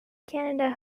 canada